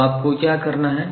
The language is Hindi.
तो आपको क्या करना है